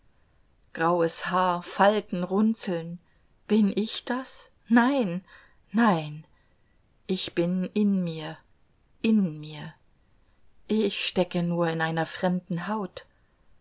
graues haar falten runzeln bin ich das nein nein ich bin in mir in mir ich stecke nur in einer fremden haut